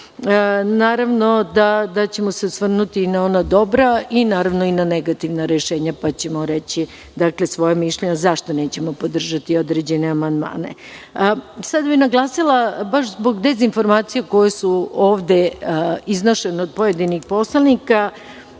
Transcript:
Naravno, da ćemo se osvrnuti i na ona dobra i naravno na negativna rešenja pa ćemo reći svoja mišljenja zašto nećemo podržati određene amandmane. Sada bih naglasila, baš zbog dezinformacije koju su ovde iznošene od pojedinih poslanika,